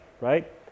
right